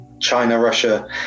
China-Russia